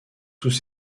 sous